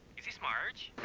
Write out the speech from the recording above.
is this marge?